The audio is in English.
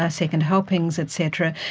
ah second helpings et cetera,